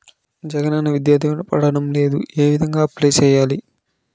జగనన్న విద్యా దీవెన పడడం లేదు ఏ విధంగా అప్లై సేయాలి